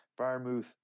Firemuth